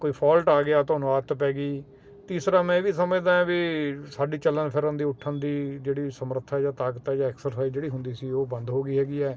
ਕੋਈ ਫਾਲਟ ਆ ਗਿਆ ਤੁਹਾਨੂੰ ਆਦਤ ਪੈ ਗਈ ਤੀਸਰਾ ਮੈਂ ਇਹ ਵੀ ਸਮਝਦਾ ਵੀ ਸਾਡੀ ਚੱਲਣ ਫਿਰਨ ਦੀ ਉੱਠਣ ਦੀ ਜਿਹੜੀ ਸਮਰੱਥਾ ਜਾ ਤਾਕਤ ਹ ਜਾਂ ਐਕਸਰਸਾਈਜ ਜਿਹੜੀ ਹੁੰਦੀ ਸੀ ਉਹ ਬੰਦ ਹੋ ਗਈ ਹੈਗੀ ਐ